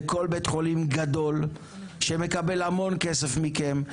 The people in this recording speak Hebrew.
לכל בית חולים גדול שמקבל המון כסף מכם,